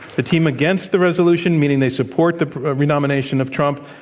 the team against the resolution, meaning they support the re-nomination of trump,